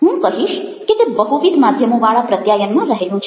હું કહીશ કે તે બહુવિધ માધ્યમોવાળા પ્રત્યાયનમાં રહેલું છે